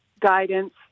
guidance